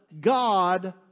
God